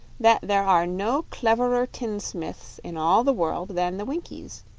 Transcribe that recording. that there are no cleverer tinsmiths in all the world than the winkies.